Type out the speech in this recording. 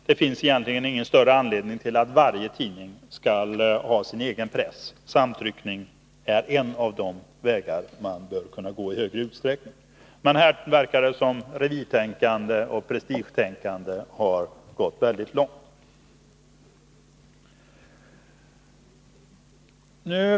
Det finns egentligen ingen större anledning till att varje tidning skall ha sin egen press. Samtryckning är en av de vägar man i större utsträckning bör kunna gå. Men här verkar det som om revirtänkande och prestigetänkande har gått mycket långt.